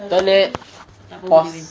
toilet pause